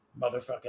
motherfucking